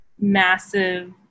massive